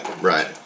right